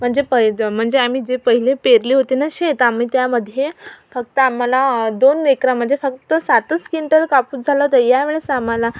म्हणजे पै आम्ही जे पहिले पेरले होते ना शेत आम्ही त्यामध्ये फक्त आम्हाला दोन एकरामध्ये फक्त सातच किंटल कापूस झाला तर या वेळेस आम्हाला